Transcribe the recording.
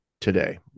today